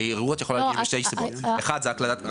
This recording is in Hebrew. הרי ערעור את יכולה להגיש משתי סיבות: אחת